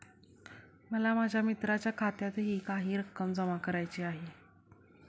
मला माझ्या मित्राच्या खात्यातही काही रक्कम जमा करायची आहे